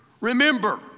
Remember